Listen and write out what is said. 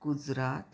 Gujarat